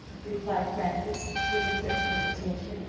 replied frances with a certain hesitation.